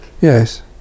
Yes